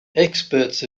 experts